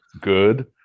good